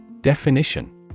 Definition